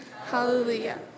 Hallelujah